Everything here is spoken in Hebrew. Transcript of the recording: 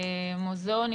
מוזיאונים,